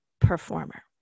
performer